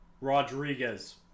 Rodriguez